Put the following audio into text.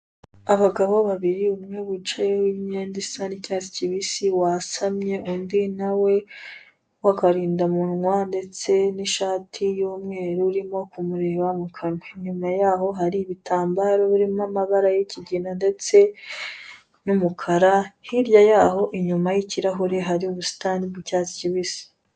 Abagabo babiri, umwe wicaye w'imyenda isa n'icyatsi kibisi wasamye, undi na we w'akarindamunwa ndetse n'ishati y'umweru urimo kumureba mu kanwa. Inyuma yaho hari ibitambaro birimo amabara y'ikigina ndetse n'umukara, hirya yaho inyuma y'ikirahure hari ubusitani bw'icyatsi kibisi.